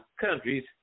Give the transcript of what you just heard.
countries